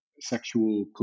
sexual